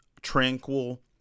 Tranquil